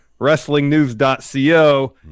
WrestlingNews.co